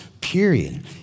period